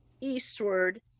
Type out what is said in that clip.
eastward